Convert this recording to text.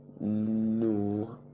No